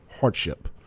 hardship